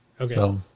Okay